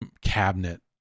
cabinet